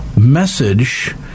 message